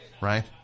right